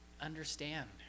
understand